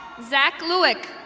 zack lewick.